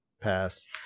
Pass